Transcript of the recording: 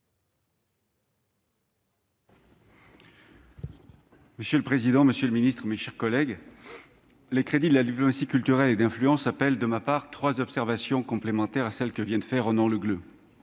Monsieur le président, monsieur le ministre, mes chers collègues, les crédits de la diplomatie culturelle et d'influence appellent de ma part trois observations complémentaires de celles que vient de faire Ronan Le Gleut.